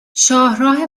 شاهراه